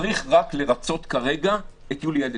צריך רק לרצות כרגע את יולי אדלשטיין,